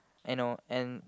I know and